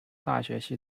大学